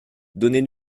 donnez